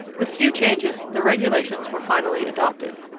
with few changes the regulations were finally adopted.